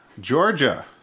georgia